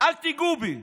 "אל תיגעו בי"